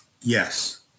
Yes